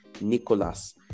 Nicholas